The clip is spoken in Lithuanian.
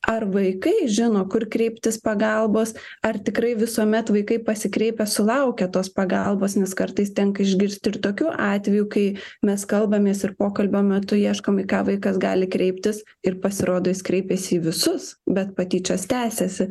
ar vaikai žino kur kreiptis pagalbos ar tikrai visuomet vaikai pasikreipia sulaukę tos pagalbos nes kartais tenka išgirsti ir tokių atvejų kai mes kalbamės ir pokalbio metu ieškom į ką vaikas gali kreiptis ir pasirodo jis kreipėsi į visus bet patyčios tęsėsi